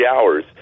hours